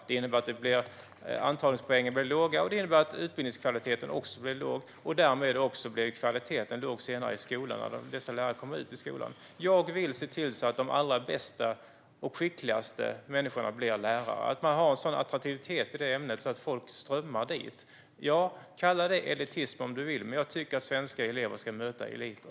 Det innebär att antagningspoängen blir låg, och det innebär att utbildningskvaliteten blir låg och därmed också att kvaliteten blir låg när dessa lärare kommer ut i skolan. Jag vill se till att de allra bästa och skickligaste människorna blir lärare och att det är en sådan attraktivitet i utbildningen att folk strömmar dit. Ja, du kan kalla det elitism om du vill. Men jag tycker att svenska elever ska möta eliten.